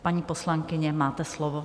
Paní poslankyně, máte slovo.